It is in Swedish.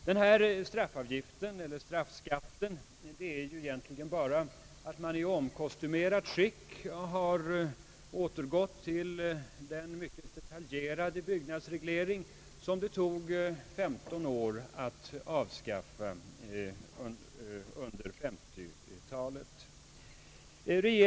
Denna straffavgift eller straffskatt innebär egentligen bara att man i omkostymerat skick har fått tillbaka den mycket detaljerade byggnadsreglering som det tog 15 år att avskaffa.